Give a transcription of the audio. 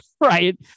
right